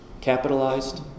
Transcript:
capitalized